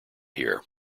here